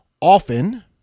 often